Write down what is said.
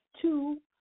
two